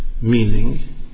meaning